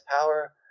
power